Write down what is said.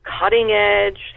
cutting-edge